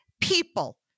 people